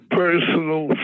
personal